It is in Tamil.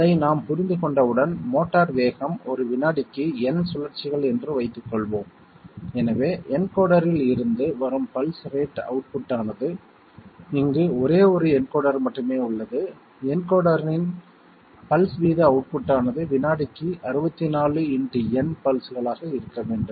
அதை நாம் புரிந்து கொண்டவுடன் மோட்டார் வேகம் ஒரு நொடிக்கு N சுழற்சிகள் என்று வைத்துக்கொள்வோம் எனவே என்கோடரில் இருந்து வரும் பல்ஸ் ரேட் அவுட்புட் ஆனது இங்கு ஒரே ஒரு என்கோடர் மட்டுமே உள்ளது என்கோடரின் பல்ஸ் வீத அவுட்புட் ஆனது வினாடிக்கு 64 × N பல்ஸ்களாக இருக்க வேண்டும்